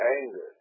anger